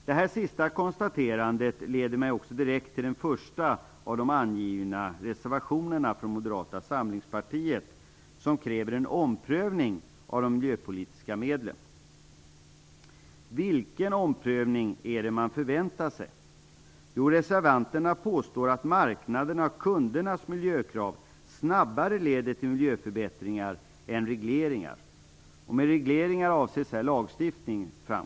Detta sista konstaterande leder mig också direkt till den första av de angivna reservationerna från Moderata samlingspartiet i vilken det krävs en omprövning av de miljöpolitiska medlen. Vilken omprövning är det som man förväntar sig? Jo, reservanterna påstår att marknadernas och kundernas miljökrav snabbare leder till miljöförbättringar än regleringar. Med regleringar avses här lagstiftning.